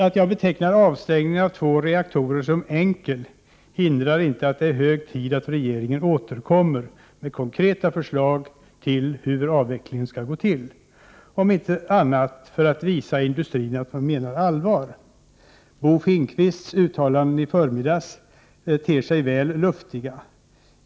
Att jag betecknar avstängningen av två reaktorer som enkel hindrar inte att det är hög tid att regeringen återkommer med konkreta förslag till hur avvecklingen skall gå till, om inte annat så för att visa industrin att man menar allvar. Bo Finnkvists uttalanden i förmiddagens debatt ter sig väl luftiga.